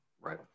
Right